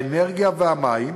האנרגיה והמים,